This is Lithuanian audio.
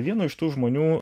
vieno iš tų žmonių